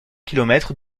kilomètres